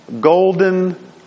golden